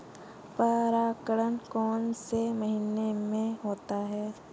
परागण कौन से महीने में होता है?